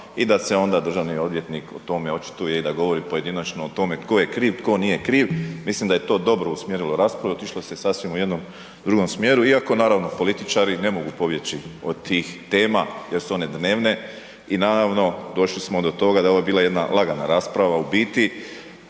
i da se onda državni odvjetnik o tome očituje i da govori pojedinačno o tome tko je kriv, tko nije kriv. Mislim da je to dobro usmjerilo raspravu, otišlo se u sasvim u jednom drugom smjeru, iako naravno političari ne mogu pobjeći od tih tema jer su one dnevne. I naravno došli smo do toga, ovo je bila jedna lagana rasprava, u biti